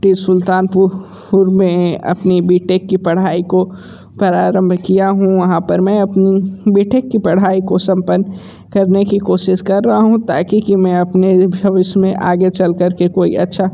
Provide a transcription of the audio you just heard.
T Sultanpur में अपनी B tech की पढ़ाई को प्रारंभ किया हूँ वहाँ पर मैं अपनी बी टेक की पढ़ाई को संपन्न करने की कोशिश कर रहा हूँ ताकि कि मैं अपने भविष्य में आगे चल कर के कोई अच्छा